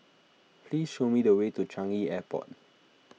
please show me the way to Changi Airport